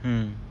mm